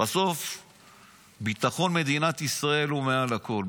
לפחות שבסוף ביטחון מדינת ישראל הוא מעל הכול,